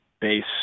base